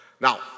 Now